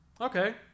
okay